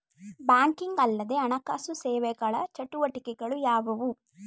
Banking ಅಲ್ಲದ ಹಣಕಾಸು ಸೇವೆಗಳ ಚಟುವಟಿಕೆಗಳು ಯಾವುವು?